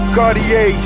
Cartier